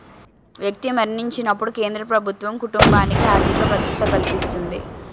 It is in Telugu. వ్యక్తి మరణించినప్పుడు కేంద్ర ప్రభుత్వం కుటుంబానికి ఆర్థిక భద్రత కల్పిస్తుంది